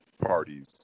parties